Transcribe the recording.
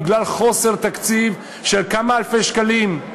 בגלל חוסר תקציב של כמה אלפי שקלים,